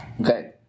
Okay